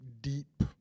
deep